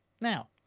now